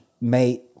mate